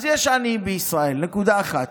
אז יש עניים בישראל, נקודה אחת.